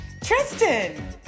Tristan